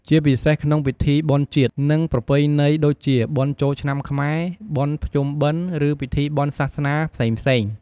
ជាពិសេសក្នុង ពិធីបុណ្យជាតិ និងប្រពៃណី ដូចជា បុណ្យចូលឆ្នាំខ្មែរ បុណ្យភ្ជុំបិណ្ឌ ឬពិធីបុណ្យសាសនាផ្សេងៗ។